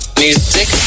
music